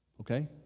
Okay